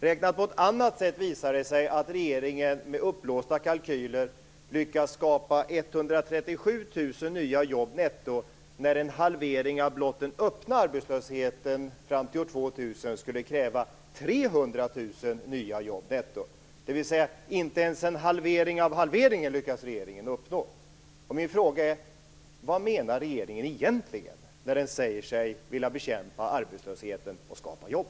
Räknat på ett annat sätt visar det sig att regeringen med uppblåsta kalkyler lyckas skapa 137 000 nya jobb netto, när en halvering av blott den öppna arbetslösheten fram till år 2000 skulle kräva 300 000 nya jobb netto. Inte ens en halvering av halveringen lyckas regeringen alltså uppnå. Min fråga är: Vad menar regeringen egentligen, när man säger sig vilja bekämpa arbetslösheten och skapa jobb?